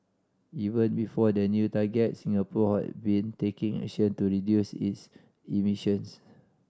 even before the new targets Singapore had been taking action to reduce its emissions